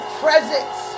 presence